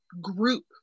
group